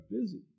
busy